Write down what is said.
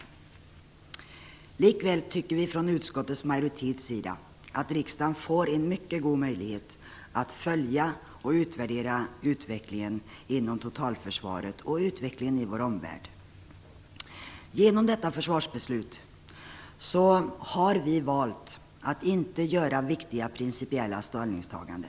Likväl tycker vi i utskottets majoritet att riksdagen får en mycket god möjlighet att följa och utvärdera utvecklingen inom totalförsvaret och utvecklingen i vår omvärld. Vi har valt att i detta försvarsbeslut inte göra viktiga principiella ställningstaganden.